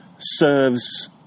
serves